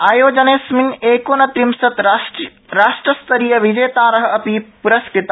आयोजनेऽस्मिन् एकोनत्रिशत् राष्ट्रस्तरीयविजेतार अपि पुरस्कृता